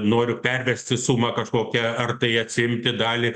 noriu pervesti sumą kažkokią ar tai atsiimti dalį